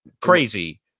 Crazy